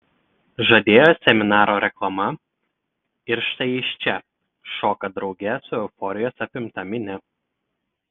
žadėjo seminaro reklama ir štai jis čia šoka drauge su euforijos apimta minia